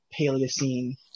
paleocene